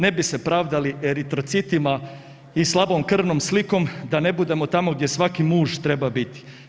Ne bi se pravdali eritrocitima i slabom krvnom slikom da ne budemo tamo gdje svaki muž treba biti.